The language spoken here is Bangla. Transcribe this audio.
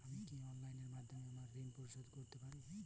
আমি কি অনলাইন মাধ্যমে আমার ঋণ পরিশোধের কাজটি করতে পারব?